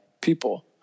people